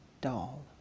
doll